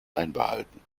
einbehalten